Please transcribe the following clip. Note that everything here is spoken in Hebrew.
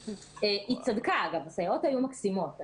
היא צדקה, אגב, הסייעות היו מקסימות.